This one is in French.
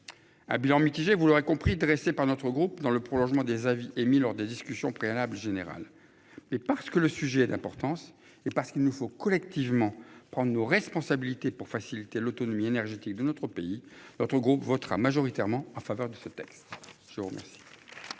Ah, bilan mitigé. Vous l'aurez compris, dressé par notre groupe dans le prolongement des avis émis lors des discussions préalables général et parce que le sujet est d'importance et parce qu'il nous faut collectivement prendre nos responsabilités pour faciliter l'autonomie énergétique de notre pays, notre groupe votera majoritairement en faveur de ce texte. Merci.